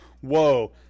whoa